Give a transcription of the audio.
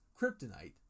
kryptonite